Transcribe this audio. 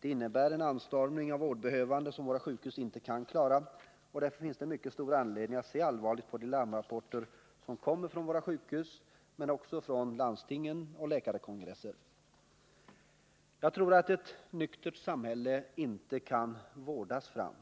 Det innebär en anstormning av vårdbehövande som våra sjukhus inte kan klara, och därför finns det mycket stor anledning att se allvarligt på de larmrapporter som kommer från våra sjukhus men också från våra landsting och läkarkongresser. Jag tror att ett nyktert samhälle inte kan vårdas fram.